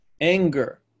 Anger